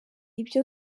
ibyo